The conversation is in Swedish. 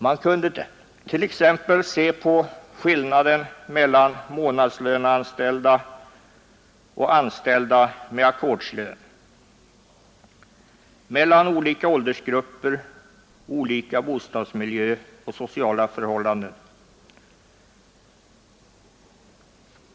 Man kunde t.ex. se på skillnaden mellan månadslöneanställda och anställda med ackordslön, mellan olika åldersgrupper och människor med olika bostadsmiljö och sociala förhållanden.